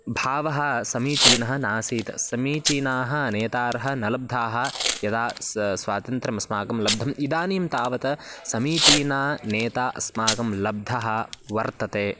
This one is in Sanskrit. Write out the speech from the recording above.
भावः समीचीनः नासीत् समीचीनाः नेतारः न लब्धाः यदा स् स्वातन्त्र्यम् अस्माकं लब्धम् इदानीं तावत् समीचीनः नेता अस्माकं लब्धः वर्तते